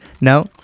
No